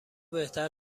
بهتر